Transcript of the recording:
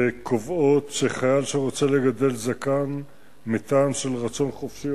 וקובעות שחייל שרוצה לגדל זקן מטעם של רצון חופשי,